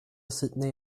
sydney